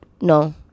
no